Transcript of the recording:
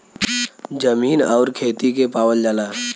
जमीन आउर खेती के पावल जाला